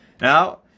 Now